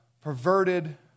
perverted